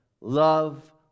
love